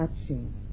touching